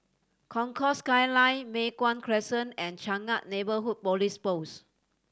Concourse Skyline Mei Hwan Crescent and Changkat Neighbourhood Police Post